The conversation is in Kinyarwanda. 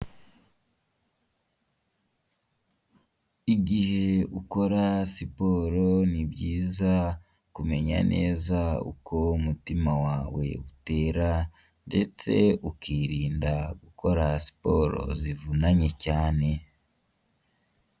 Igihe ukora siporo ni byiza kumenya neza uko umutima wawe utera ndetse ukirinda gukora siporo zivunanye cyane.